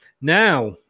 Now